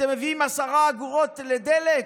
אתם מביאים עשר אגורות לדלק,